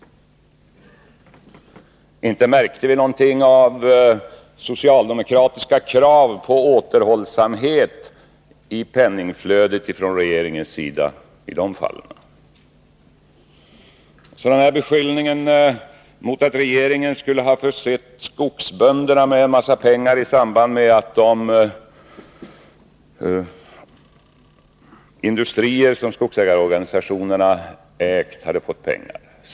Inte märkte vi i de fallen någonting av socialdemokraternas krav på återhållsamhet i penningflödet från regeringen. Olof Palme beskyllde regeringen för att ha försett skogsbönderna med en massa pengar genom bidrag till skogsägarorganisationernas industrier.